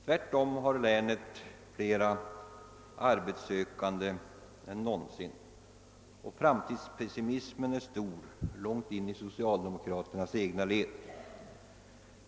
Tvärtom har länet fler arbetssökande än någonsin, och framtidspessimismen är stor långt in i socialdemokraternas egna led.